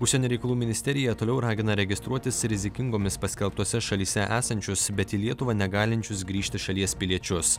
užsienio reikalų ministerija toliau ragina registruotis rizikingomis paskelbtose šalyse esančius bet į lietuvą negalinčius grįžti šalies piliečius